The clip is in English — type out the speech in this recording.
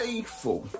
Faithful